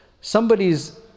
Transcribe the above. somebody's